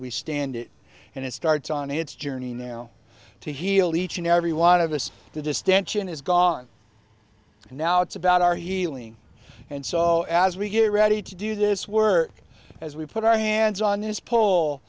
we stand it and it starts on its journey now to heal each and every one of us the distention is gone and now it's about our healing and so as we get ready to do this we're as we put our hands on this pole